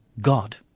God